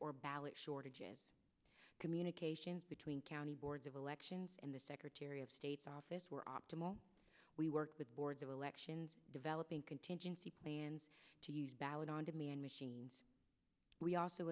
ballot shortages communications between county boards of elections and the secretary of state's office were optimal we work with boards of elections developing contingency plans to use ballot on demand machines we also